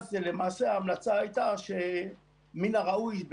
ואז למעשה המלצה הייתה שמן הראוי שמשרד